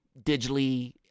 digitally